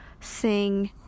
sing